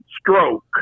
stroke